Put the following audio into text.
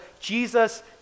Jesus